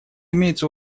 имеются